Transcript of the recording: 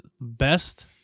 best